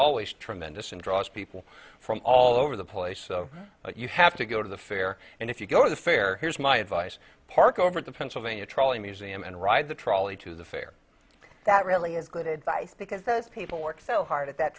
always tremendous and draws people from all over the place but you have to go to the fair and if you go to the fair here's my advice park over to pennsylvania trolling museum and ride the trolley to the fair that really is good advice because those people work so hard at that